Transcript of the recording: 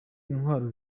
intwaro